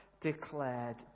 declared